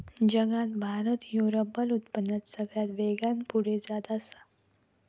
जगात भारत ह्यो रबर उत्पादनात सगळ्यात वेगान पुढे जात आसा